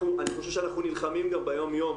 אני חושב שאנחנו נלחמים גם ביום יום